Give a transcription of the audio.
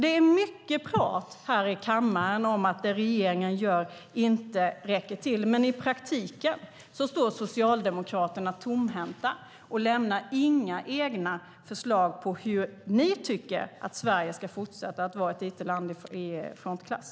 Det är mycket prat här i kammaren om att det som regeringen gör inte räcker till, men i praktiken står ni socialdemokrater tomhänta och lämnar inga egna förslag på hur ni tycker att Sverige ska fortsätta att vara ett it-land i frontklass.